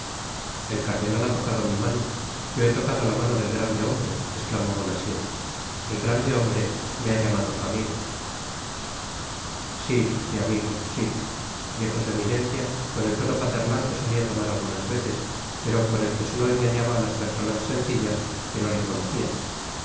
el cardenal ha tocado mi mano yo he tocado la mano del grande hombre esclamó bonacieux el grande hombre me ha llamado su amigo sí mi amigo sí dijo su eminencia con el tono paternal que solía tomar algunas veces pero con el que solo engañaba á las personas sencillas que no le conocían